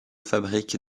fabrique